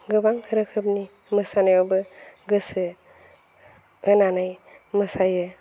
गोबां रोखोमनि मोसानायावबो गोसो होनानै मोसायो